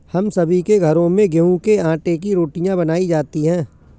हम सभी के घरों में गेहूं के आटे की रोटियां बनाई जाती हैं